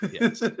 Yes